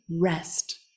rest